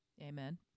Amen